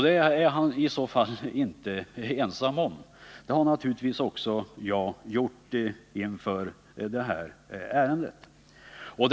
Det är han i så fall inte ensam om. Det har naturligtvis också jag gjort inför detta ärendes behandling.